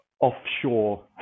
offshore